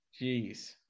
Jeez